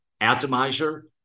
Atomizer